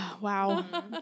Wow